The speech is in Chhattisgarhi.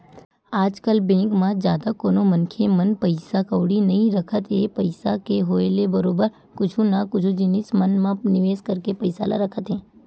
आजकल बेंक म जादा कोनो मनखे मन पइसा कउड़ी नइ रखत हे पइसा के होय ले बरोबर कुछु न कुछु जिनिस मन म निवेस करके पइसा ल रखत हे